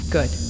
Good